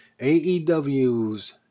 aew's